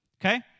okay